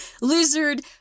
lizard